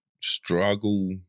struggle